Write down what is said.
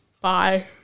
Bye